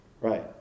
Right